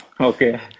Okay